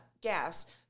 gas